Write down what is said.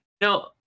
No